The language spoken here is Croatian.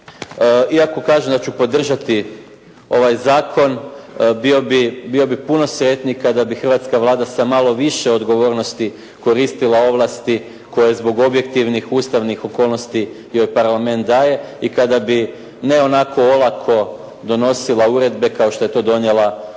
iako kažem da ću podržati ovaj zakon, bio bih puno sretniji kada bi hrvatska Vlada sa malo više odgovornosti koristila ovlasti koje zbog objektivnih ustavnih okolnosti joj Parlament daje i kada bi, ne onako olako donosila uredbe kao što je to donijela primjenjujući